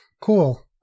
Cool